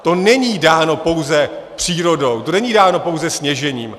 To není dáno pouze přírodou, to není dáno pouze sněžením.